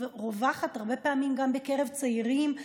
שהיא רווחת הרבה פעמים גם בקרב צעירים,